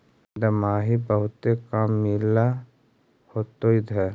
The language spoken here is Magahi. दमाहि बहुते काम मिल होतो इधर?